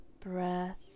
breath